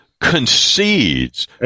concedes